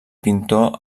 pintor